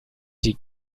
die